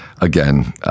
again